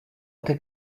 dig